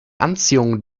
anziehung